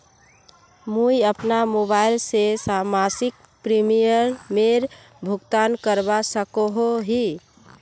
मुई अपना मोबाईल से मासिक प्रीमियमेर भुगतान करवा सकोहो ही?